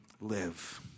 live